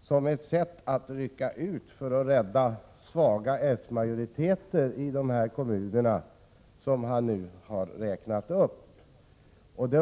som ett sätt att rycka ut för att rädda svaga s-majoriteter i kommunerna som han har räknat upp.